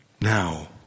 Now